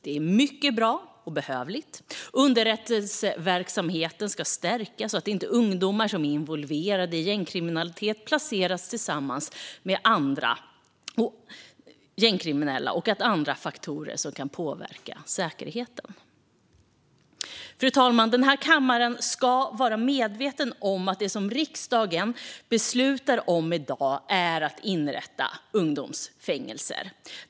Det är mycket bra och behövligt. Underrättelseverksamheten ska stärkas, så att inte ungdomar som är involverade i gängkriminalitet placeras tillsammans med andra gängkriminella. Det handlar också om andra faktorer som kan påverka säkerheten. Fru talman! Den här kammaren ska vara medveten om att det som riksdagen beslutar om i dag är att inrätta ungdomsfängelser.